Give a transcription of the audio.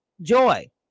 Joy